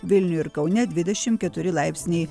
vilniuje ir kaune dvidešimt keturi laipsniai